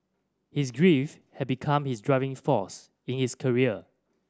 his grief had become his driving force in his career